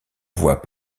voient